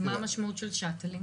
אז מה המשמעות של שאט"ל?